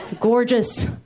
Gorgeous